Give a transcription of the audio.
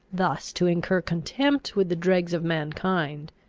thus to incur contempt with the dregs of mankind,